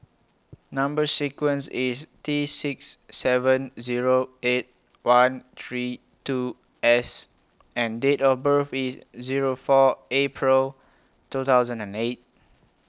Number sequence IS T six seven Zero eight one three two S and Date of birth IS Zero four April two thousand and eight